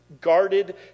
guarded